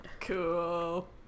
cool